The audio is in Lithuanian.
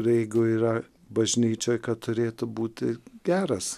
ir jeigu yra bažnyčioj kad turėtų būti geras